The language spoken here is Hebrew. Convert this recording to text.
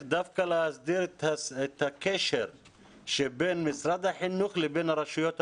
דווקא להסדיר את הקשר שבין משרד החינוך לבין הרשויות המקומיות.